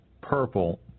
purple